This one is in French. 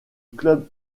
club